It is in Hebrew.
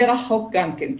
מרחוק גם כן.